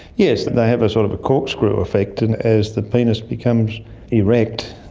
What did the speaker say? yes, they have a sort of a corkscrew affect. and as the penis becomes erect,